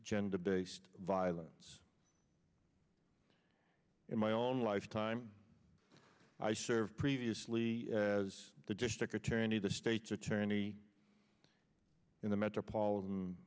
gender based violence in my own lifetime i served previously as the district attorney the state's attorney in the metropolitan